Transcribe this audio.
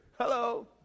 Hello